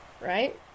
right